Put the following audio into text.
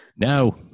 No